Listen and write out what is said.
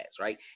right